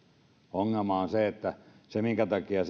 ongelma minkä takia